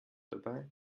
dabei